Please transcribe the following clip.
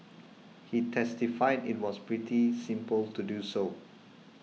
he testified it was pretty simple to do so